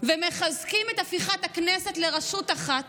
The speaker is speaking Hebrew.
ומחזקים את הפיכת הכנסת לרשות אחת,